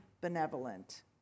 benevolent